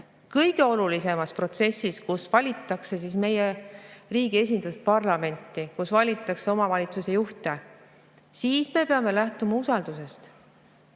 kõige olulisemas protsessis, kus valitakse meie riigi esindusparlamenti, kus valitakse omavalitsusjuhte, me peame lähtuma usaldusest?